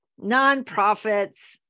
nonprofits